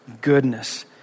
goodness